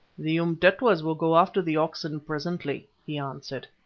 the umtetwas will go after the oxen presently, he answered,